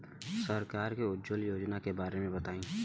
सरकार के उज्जवला योजना के बारे में बताईं?